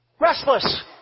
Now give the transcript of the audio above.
Restless